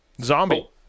Zombie